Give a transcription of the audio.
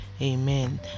Amen